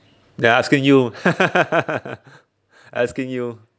yeah asking you I asking you